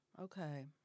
okay